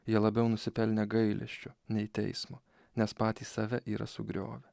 jie labiau nusipelnę gailesčio nei teismo nes patys save yra sugriovę